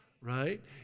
Right